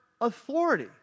authority